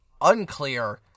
unclear